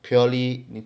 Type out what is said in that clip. purely 你